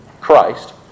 Christ